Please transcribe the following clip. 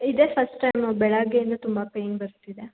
ಇದೆ first time ಬೆಳಗ್ಗೆಯಿಂದ ತುಂಬ ಪೈನ್ ಬರ್ತಿದೆ